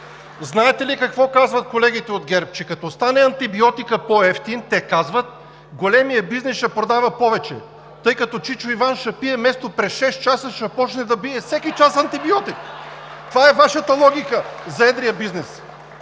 Знаете ли какво казват колегите от ГЕРБ? Че като стане антибиотикът по-евтин – те казват – големият бизнес ще продава повече, тъй като чичо Иван вместо през шест часа, ще почне да пие всеки час антибиотик. Това е Вашата логика за едрия бизнес.